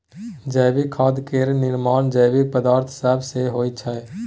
जैविक खाद केर निर्माण जैविक पदार्थ सब सँ होइ छै